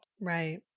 right